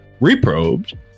Reprobed